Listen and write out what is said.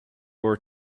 were